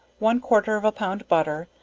one quarter of a pound butter,